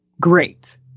great